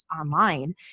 online